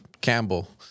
Campbell